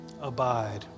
abide